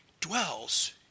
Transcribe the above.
dwells